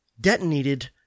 detonated